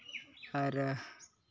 ᱟᱨ